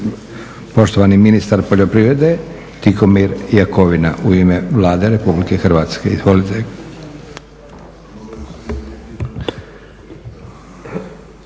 Poštovani ministar poljoprivrede Tihomir Jakovina u ime Vlade RH. Izvolite.